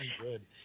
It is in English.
good